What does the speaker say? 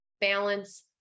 balance